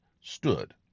stood